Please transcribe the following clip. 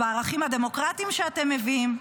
בערכים הדמוקרטיים שאתם מביאים?